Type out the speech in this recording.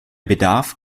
bedarf